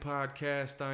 Podcast